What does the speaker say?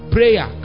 Prayer